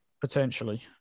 Potentially